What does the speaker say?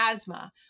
asthma